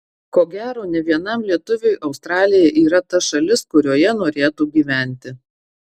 ko gero ne vienam lietuviui australija yra ta šalis kurioje norėtų gyventi